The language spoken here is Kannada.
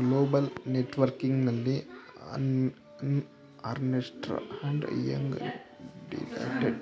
ಗ್ಲೋಬಲ್ ನೆಟ್ವರ್ಕಿಂಗ್ನಲ್ಲಿ ಅರ್ನೆಸ್ಟ್ ಅಂಡ್ ಯುಂಗ್, ಡಿಲ್ಲೈಟ್,